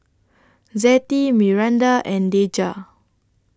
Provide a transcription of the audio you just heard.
Zettie Miranda and Deja